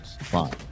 five